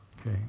Okay